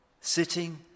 sitting